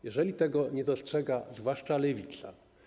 Jeżeli tego nie dostrzega zwłaszcza Lewica.